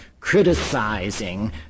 criticizing